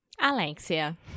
Alexia